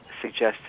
suggesting